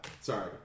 Sorry